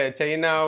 China